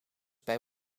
bij